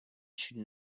should